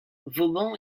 vauban